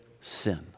sin